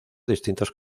distintos